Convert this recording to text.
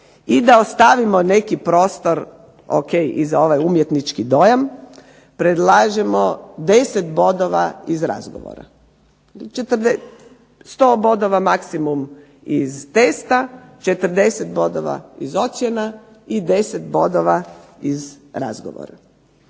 I da ostavimo neki prostor o.k. i za ovaj neki umjetnički dojam, predlažemo 10 bodova iz razgovora. 100 bodova maksimum iz testa, 40 bodova iz ocjena i 10 bodova iz razgovora.